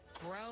Grow